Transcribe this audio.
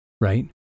right